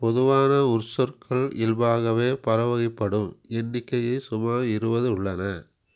பொதுவான உரிசொற்கள் இயல்பாகவே பலவகைப்படும் எண்ணிக்கையில் சுமார் இருபது உள்ளன